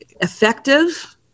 effective